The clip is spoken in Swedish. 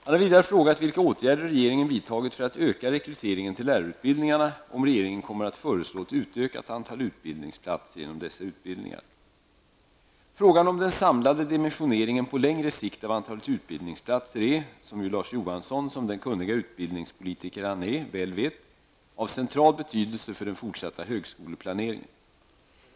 Han har vidare frågat vilka åtgärder regeringen vidtagit för att öka rekryteringen till lärarutbildningarna och om regeringen kommer att föreslå ett utökat antal utbildningsplatser inom dessa utbildningar. Frågan om den samlade dimensioneringen av antalet utbildningsplatser på längre sikt är -- som ju Larz Johansson, som den kunniga utbildningspolitiker han är, väl vet -- av central betydelse för den fortsatta högskoleplaneringen.